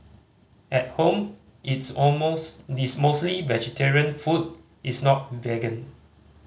at home it's all most it's mostly vegetarian food is not vegan